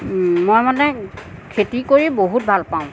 মই মানে খেতি কৰি বহুত ভাল পাওঁ